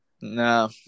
No